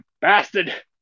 bastard